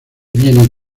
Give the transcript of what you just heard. vienen